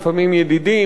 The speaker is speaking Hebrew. לפעמים ידידים,